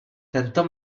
tento